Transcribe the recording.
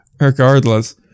regardless